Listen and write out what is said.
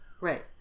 right